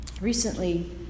Recently